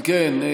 אם כן,